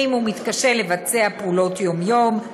האם הוא מתקשה לבצע פעולות יום-יום,